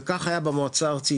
וכך היה במועצה הארצית,